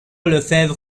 lefèvre